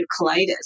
colitis